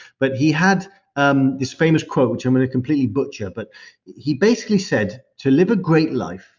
but he had um this famous quote which i'm going to completely butcher. but he basically said, to live a great life,